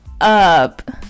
Up